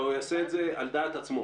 אבל הוא יעשה את זה על דעת עצמו.